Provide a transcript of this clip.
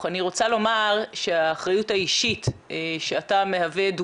אנחנו חוגגים גם את חג החנוכה ואני באמת חושבת שזה שאתה נמצא כאן איתנו,